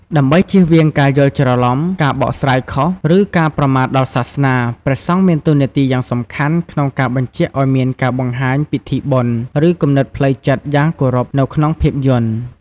ដើម្បីជៀសវាងការយល់ច្រឡំ ការបកស្រាយខុស ឬការប្រមាថដល់សាសនា ព្រះសង្ឃមានតួនាទីយ៉ាងសំខាន់ក្នុងការ បញ្ជាក់ឲ្យមានការបង្ហាញពិធីបុណ្យ និងគំនិតផ្លូវចិត្តយ៉ាងគោរព នៅក្នុងភាពយន្ត។